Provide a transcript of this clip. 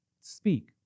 speak